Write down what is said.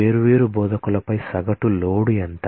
వేర్వేరు బోధకులపై సగటు లోడ్ ఎంత